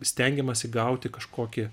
stengiamasi gauti kažkokį